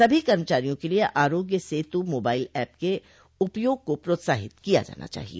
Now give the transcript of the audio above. सभी कर्मचारियों के लिए आरोग्य सेतु मोबाइल ऐप के उपयोग को प्रोत्साहित किया जाना चाहिए